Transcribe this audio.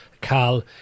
Cal